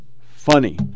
funny